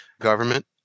government